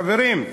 חברים,